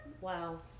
Wow